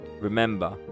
remember